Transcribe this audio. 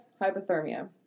hypothermia